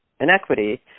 inequity